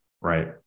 right